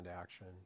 action